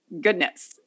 goodness